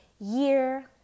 year